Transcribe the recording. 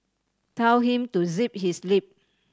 tell him to zip his lip